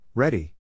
Ready